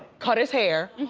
cut his hair,